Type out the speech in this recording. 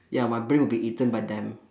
ya my brain will be eaten by them